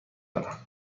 دارم